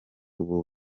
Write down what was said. ubu